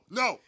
no